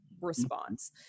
response